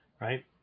Right